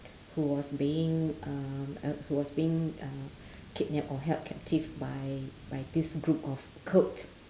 who was being um uh who was being uh kidnapped or held captive by by this group of cult